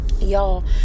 Y'all